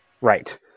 Right